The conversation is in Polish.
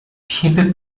siwy